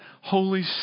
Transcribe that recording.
Holy